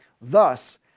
Thus